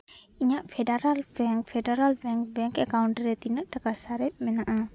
ᱤᱧᱟᱹᱜ Federal Bank Federal Bank account ᱨᱮ ᱛᱤᱱᱟᱹᱜ ᱴᱟᱠᱟ ᱥᱟᱨᱮᱪ ᱢᱮᱱᱟᱜᱼᱟ